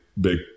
big